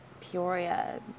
Peoria